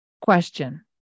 Question